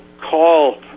call